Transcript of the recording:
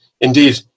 indeed